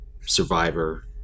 survivor